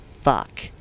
fuck